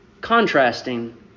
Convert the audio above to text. contrasting